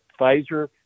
Pfizer